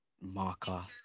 marker